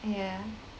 yeah